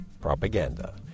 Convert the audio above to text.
propaganda